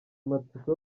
amatsiko